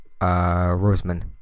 roseman